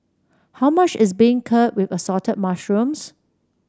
how much is beancurd with Assorted Mushrooms